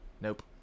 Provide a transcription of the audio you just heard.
Nope